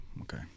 Okay